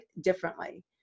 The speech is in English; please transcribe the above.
differently